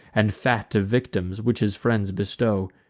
and fat of victims, which his friends bestow.